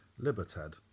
Libertad